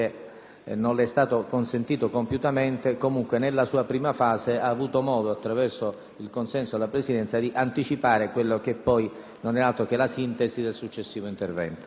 non le è stato consentito compiutamente, ma nella prima fase lei ha avuto modo, attraverso il consenso della Presidenza, di anticipare quella che poi non è stata altro che una sintesi del successivo intervento